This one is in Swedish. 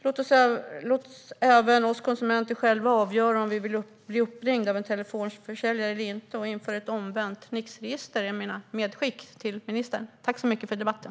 Låt även oss konsumenter själva avgöra om vi vill bli uppringda av en telefonförsäljare eller inte och inför ett omvänt Nixregister. Det är mina medskick till ministern. Tack för debatten!